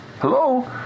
Hello